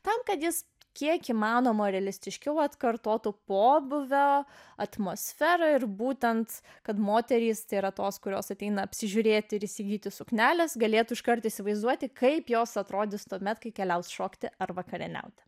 tam kad jis kiek įmanoma realistiškiau atkartotų pobūvio atmosferą ir būtent kad moterys tėra tos kurios ateina apsižiūrėti ir įsigyti suknelės galėtų iškart įsivaizduoti kaip jos atrodys tuomet kai keliaus šokti ar vakarieniauti